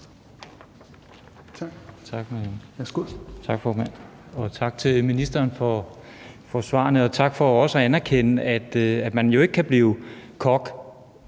Stén Knuth (V): Tak, formand. Og tak til ministeren for svarene, og tak for også at anerkende, at man jo ikke kan blive kok,